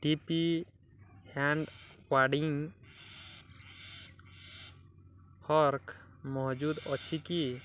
D P hand weeding fork ମହଜୁଦ ଅଛି କି